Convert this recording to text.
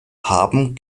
haben